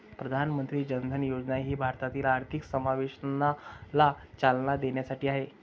प्रधानमंत्री जन धन योजना ही भारतातील आर्थिक समावेशनाला चालना देण्यासाठी आहे